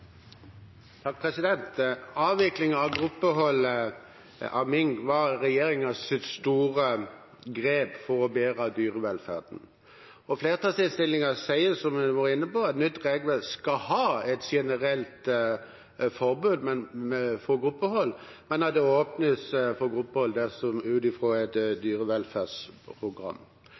av gruppeholdet av mink var regjeringens store grep for å bedre dyrevelferden, og flertallsinnstillingen sier, som vi har vært inne på, at et nytt regelverk skal ha et generelt forbud mot gruppehold, men at det åpnes for gruppehold dersom en deltar i et dyrevelferdsprogram.